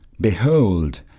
Behold